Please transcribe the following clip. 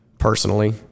Personally